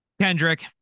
Kendrick